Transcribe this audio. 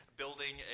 building